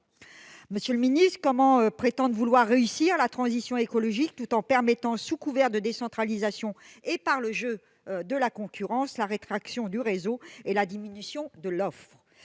Monsieur le secrétaire d'État, comment prétendre vouloir réussir la transition écologique tout en permettant, sous couvert de décentralisation et par le jeu de la concurrence, la rétraction du réseau et la diminution de l'offre ?